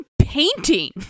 painting